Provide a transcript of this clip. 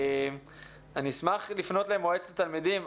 אשמח לפנות למועצת התלמידים,